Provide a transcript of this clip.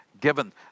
given